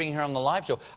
here on the live show.